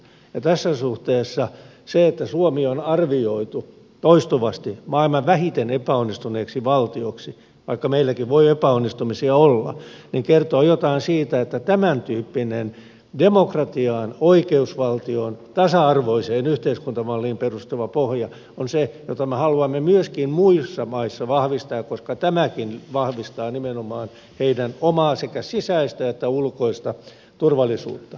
ja tässä suhteessa se että suomi on arvioitu toistuvasti maailman vähiten epäonnistuneeksi valtioksi vaikka meilläkin voi epäonnistumisia olla kertoo jotain siitä että tämäntyyppinen demokratiaan oikeusvaltioon tasa arvoiseen yhteiskuntamalliin perustuva pohja on se jota me haluamme myöskin muissa maissa vahvistaa koska tämäkin vahvistaa nimenomaan heidän omaa sekä sisäistä että ulkoista turvallisuuttaan